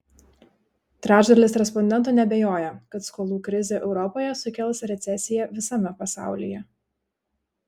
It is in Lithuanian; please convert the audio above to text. trečdalis respondentų neabejoja kad skolų krizė europoje sukels recesiją visame pasaulyje